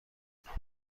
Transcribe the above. شواهد